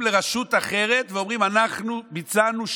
לרשות אחרת ואומרים: אנחנו ביצענו שליחות,